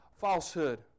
falsehood